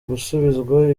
gusubizwa